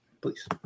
Please